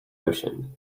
ocean